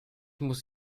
muss